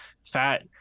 fat